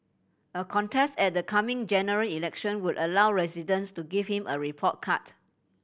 a contest at the coming General Election would allow residents to give him a report cut